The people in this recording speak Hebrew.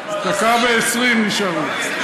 דקה ו-20 נשארו.